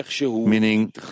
meaning